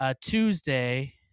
Tuesday